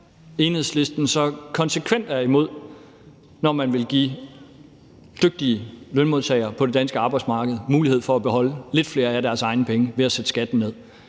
Enhedslisten så konsekvent er imod det, når man vil give dygtige lønmodtagere på det danske arbejdsmarked mulighed for at beholde lidt flere af deres egne penge ved at sætte skatten ned.